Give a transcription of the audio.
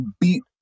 beat